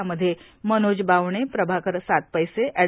यामध्ये मनोज बावने प्रभाकर सातपैसे एड